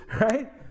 Right